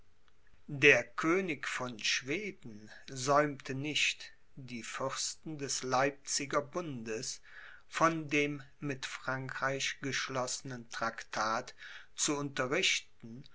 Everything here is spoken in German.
der könig von schweden säumte nicht die fürsten des leipziger bundes von dem mit frankreich geschlossenen traktat zu unterrichten